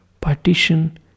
partition